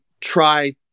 try